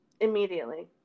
Immediately